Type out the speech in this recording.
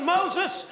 Moses